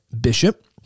bishop